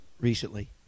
recently